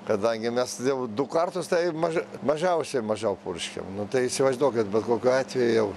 kadangi mes jau du kartus tai ma mažiausiai mažiau purškiam nu tai įsivaizduokit bet kokiu atveju jau